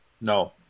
No